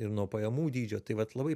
ir nuo pajamų dydžio tai vat labai